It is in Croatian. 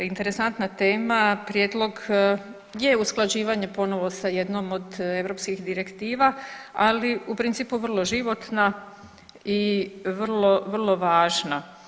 Interesantna tema, prijedlog je usklađivanje ponovno sa jednom od europskih direktiva, ali u principu vrlo životna i vrlo važna.